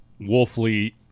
wolfly